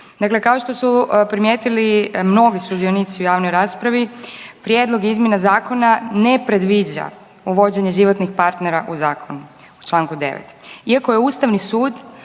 Dakle, kao što su primijetili mnogi sudionici u javnoj raspravi prijedlog izmjena i dopuna zakona ne predviđa uvođenje životnih partnera u zakon u članku 9. iako je Ustavni sud